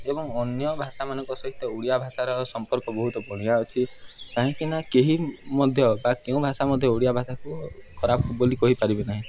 ଏବଂ ଅନ୍ୟ ଭାଷାମାନଙ୍କ ସହିତ ଓଡ଼ିଆ ଭାଷାର ସମ୍ପର୍କ ବହୁତ ବଢ଼ିଆ ଅଛି କାହିଁକିନା କେହି ମଧ୍ୟ ବା କେଉଁ ଭାଷା ମଧ୍ୟ ଓଡ଼ିଆ ଭାଷାକୁ ଖରାପ ବୋଲି କହିପାରିବେ ନାହିଁ